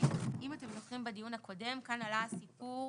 אם אתם זוכרים בדיון הקודם כאן עלה הסיפור